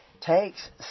takes